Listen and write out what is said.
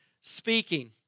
speaking